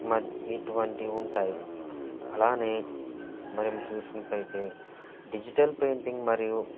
మ ఇటువంటివి ఉంటాయి అలానే మనం చూసినట్టయితే డిజిటల్ పెయింటింగ్ మరియు